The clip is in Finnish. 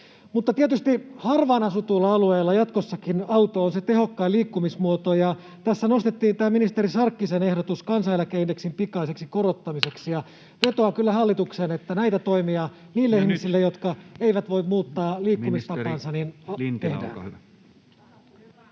tietysti harvaan asutuilla alueilla jatkossakin auto on se tehokkain liikkumismuoto. Tässä nostettiin tämä ministeri Sarkkisen ehdotus kansaneläkeindeksin pikaiseksi korottamiseksi, ja vetoan kyllä hallitukseen, että tehdään näitä toimia niille ihmisille, jotka eivät voi muuttaa liikkumistapaansa. [Speech 63] Speaker: